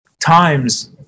times